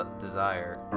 desire